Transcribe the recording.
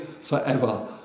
forever